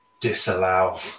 disallow